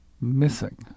missing